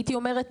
הייתי אומרת,